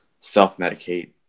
self-medicate